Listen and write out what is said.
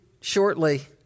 shortly